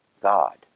God